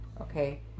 okay